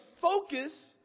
focus